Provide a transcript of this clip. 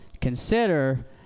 consider